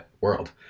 world